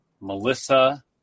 Melissa